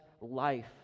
life